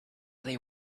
they